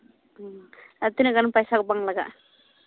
ᱟᱨ ᱛᱤᱱᱟᱹᱜ ᱜᱟᱱ ᱯᱚᱭᱥᱟ ᱠᱚ ᱵᱟᱝ ᱞᱟᱜᱟᱜᱼᱟ